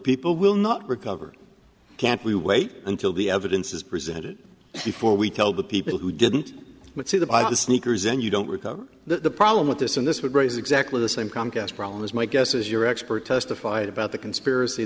people will not recover can't we wait until the evidence is presented before we tell the people who didn't see the buy the sneakers and you don't recover the problem with this and this would raise exactly the same comcast problem is my guess is your expert testified about the conspiracy